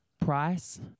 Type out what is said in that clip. Price